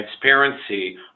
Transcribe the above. transparency